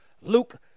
Luke